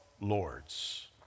Lords